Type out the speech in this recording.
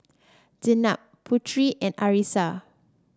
Jenab Putri and Arissa